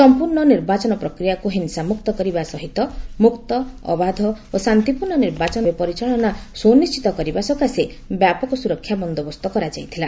ସମ୍ପର୍ଣ୍ଣ ନିର୍ବାଚନ ପ୍ରକ୍ରିୟାକୁ ହିଂସା ମୁକ୍ତ କରିବା ସହିତ ମୁକ୍ତ ଅବାଧ ଓ ଶାନ୍ତିପୂର୍ଣ୍ଣ ନିର୍ବାଚନ ଭାବେ ପରିଚାଳନା ସୁନିଶ୍ଚିତ କରିବା ସକାଶେ ବ୍ୟାପକ ସୁରକ୍ଷା ବନ୍ଦୋବସ୍ତ କରାଯାଇଥିଲା